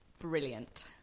brilliant